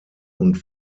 und